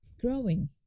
growing